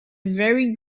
very